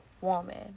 woman